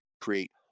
create